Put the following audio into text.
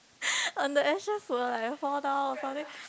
on the extra floor I fall down or something